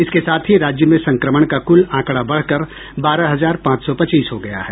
इसके साथ ही राज्य में संक्रमण का कुल आंकड़ा बढ़कर बारह हजार पांच सौ पच्चीस हो गया है